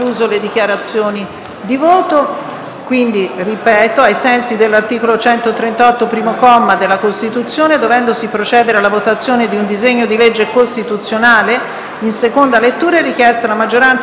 finestra"). Ai sensi dell'articolo 138, primo comma della Costituzione, dovendosi procedere alla votazione di un disegno di legge costituzionale, in sede di seconda deliberazione è richiesta la maggioranza assoluta dei componenti del Senato.